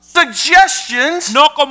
suggestions